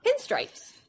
Pinstripes